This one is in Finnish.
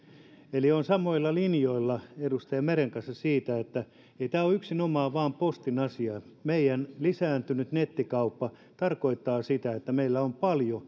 eli olen samoilla linjoilla edustaja meren kanssa siitä että ei tämä ole yksinomaan vain postin asia meidän lisääntynyt nettikauppa tarkoittaa sitä että